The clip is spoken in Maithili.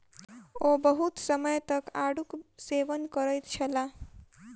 ओ बहुत समय तक आड़ूक सेवन करैत छलाह